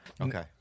Okay